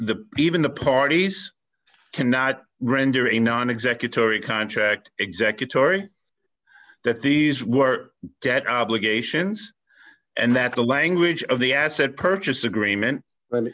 the even the parties cannot render a non executive contract executor that these were debt obligations and that the language of the asset purchase agreement and